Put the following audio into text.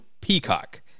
Peacock